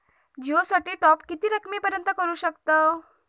जिओ साठी टॉप किती रकमेपर्यंत करू शकतव?